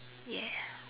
ya